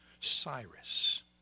Cyrus